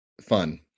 fun